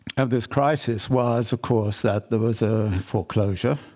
of this crisis was, of course, that there was a foreclosure